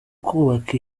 kubaka